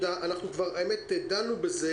האמת שכבר דנו בזה,